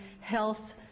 health